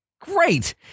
Great